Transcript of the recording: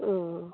ओ